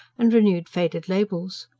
and renewed faded labels.